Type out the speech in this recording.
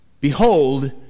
Behold